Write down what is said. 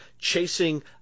chasing